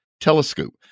telescope